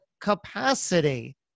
capacity